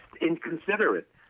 inconsiderate